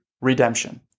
redemption